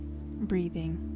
breathing